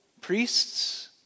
priests